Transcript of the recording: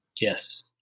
Yes